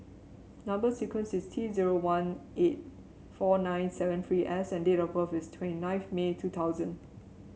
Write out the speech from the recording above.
number sequence is T zero one eight four nine seven three S and date of birth is twenty ninth May two thousand